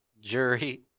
jury